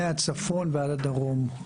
מהצפון ועד הדרום.